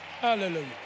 Hallelujah